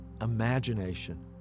imagination